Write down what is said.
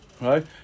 right